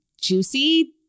juicy